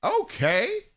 Okay